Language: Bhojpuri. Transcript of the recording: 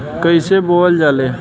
कईसे बोवल जाले?